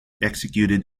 executed